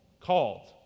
Called